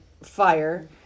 fire